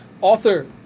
Author